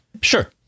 Sure